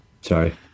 Sorry